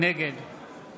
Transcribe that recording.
נגד